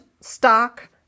stock